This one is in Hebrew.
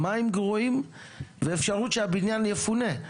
מים גרועים ואפשרות שהבניין יפונה.